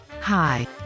Hi